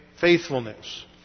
faithfulness